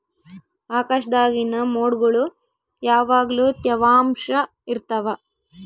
ಆಕಾಶ್ದಾಗಿನ ಮೊಡ್ಗುಳು ಯಾವಗ್ಲು ತ್ಯವಾಂಶ ಇರ್ತವ